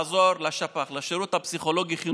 צריכה לעזור לשפ"ח, לשירות הפסיכולוגי-חינוכי,